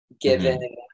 given